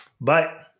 Bye